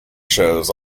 shows